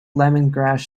lemongrass